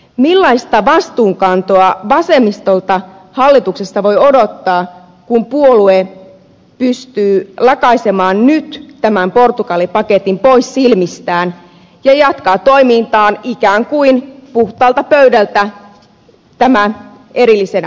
millaista vastuunkantoa vasemmistolta hallituksessa voi odottaa kun puolue pystyy lakaisemaan nyt tämän portugali paketin pois silmistään ja jatkaa toimintaa ikään kuin puhtaalta pöydältä tämä erillisenä asianaan